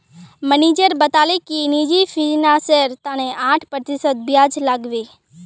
manager बताले कि निजी फिनांसेर तने आठ प्रतिशत ब्याज लागबे